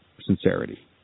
sincerity